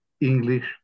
English